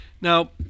Now